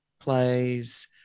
plays